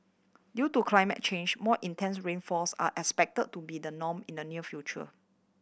due to climate change more intense rainfalls are expected to be the norm in the near future